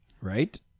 Right